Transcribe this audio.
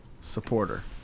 Supporter